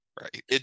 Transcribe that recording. Right